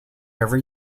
every